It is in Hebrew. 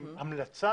עם המלצה